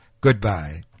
Goodbye